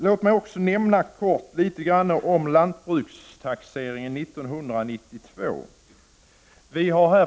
Låt mig kort nämna något om lantbrukstaxeringen 1992.